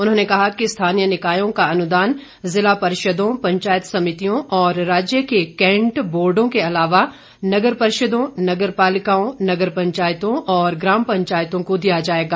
उन्होंने कहा कि स्थानीय निकायों का अनुदान ज़िला परिषदों पंचायत समितियों और राज्य के कैंट बोर्डो के अलावा नगर परिषदों नगर पालिकाओं नगर पंचायतों और ग्राम पंचायतों को दिया जाएगा